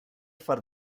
for